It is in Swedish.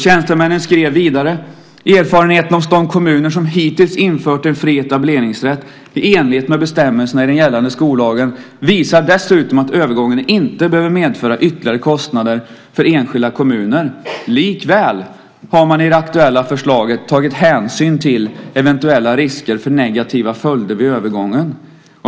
Tjänstemännen skrev vidare: Erfarenheten hos de kommuner som hittills infört en fri etableringsrätt i enlighet med bestämmelserna i den gällande skollagen visar dessutom att övergången inte behöver medföra ytterligare kostnader för enskilda kommuner. Likväl har man i det aktuella förslaget tagit hänsyn till eventuella risker för negativa följder vid övergången.